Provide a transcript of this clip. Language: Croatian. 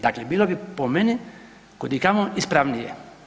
Dakle, bilo bi po meni kud i kako ispravnije.